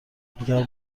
اگر